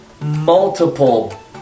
multiple